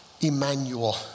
Emmanuel